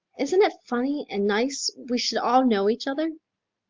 isn't it funny and nice we should all know each other?